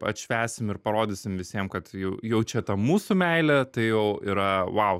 atšvęsim ir parodysim visiem kad jau jau čia tą mūsų meilė tai jau yra vau